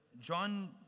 john